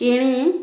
କିଣି